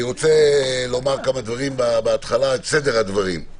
אומר את סדר הדברים.